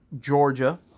Georgia